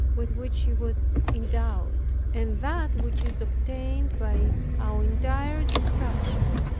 with which she was endowed, and that which is obtained by our entire destruction,